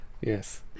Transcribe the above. Yes